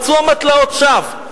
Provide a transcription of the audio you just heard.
מצאו אמתלות שווא.